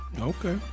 Okay